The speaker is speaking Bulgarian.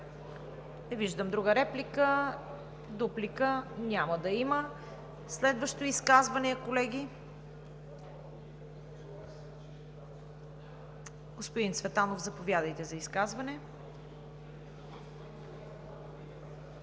виждам. Дуплика? Няма да има. Следващо изказване, колеги? Господин Цветанов, заповядайте за изказване.